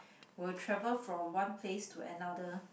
will travel from one place to another